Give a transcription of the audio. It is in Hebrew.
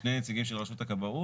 שני נציגים של רשות הכבאות,